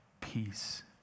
Peace